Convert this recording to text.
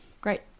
great